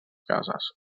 cases